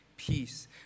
peace